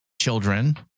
children